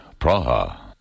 Praha